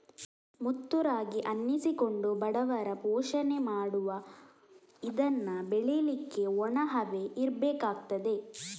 ಮುತ್ತು ರಾಗಿ ಅನ್ನಿಸಿಕೊಂಡ ಬಡವರ ಪೋಷಣೆ ಮಾಡುವ ಇದನ್ನ ಬೆಳೀಲಿಕ್ಕೆ ಒಣ ಹವೆ ಇರ್ಬೇಕಾಗ್ತದೆ